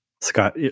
Scott